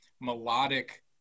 melodic